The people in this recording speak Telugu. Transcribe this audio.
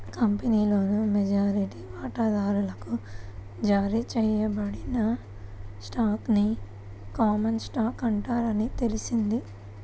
కంపెనీలోని మెజారిటీ వాటాదారులకు జారీ చేయబడిన స్టాక్ ని కామన్ స్టాక్ అంటారని తెలిసింది